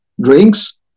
drinks